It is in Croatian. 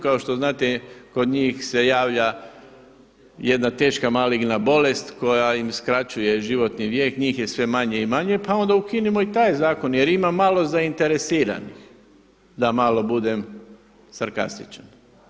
Kao što znate kod njih se javlja jedna teška maligna bolest koja im skraćuje životni vijek, njih je sve manje i manje pa onda ukinimo i taj zakon jer ima malo zainteresiranih da malo budem sarkastičan.